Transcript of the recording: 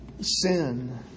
sin